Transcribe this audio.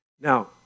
now